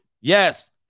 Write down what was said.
yes